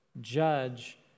judge